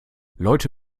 leute